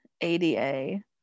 ADA